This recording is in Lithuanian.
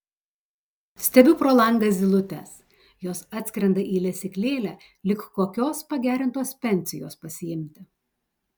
stebiu pro langą zylutes jos atskrenda į lesyklėlę lyg kokios pagerintos pensijos pasiimti